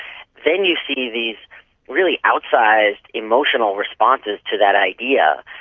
then you see these really outsized emotional responses to that idea,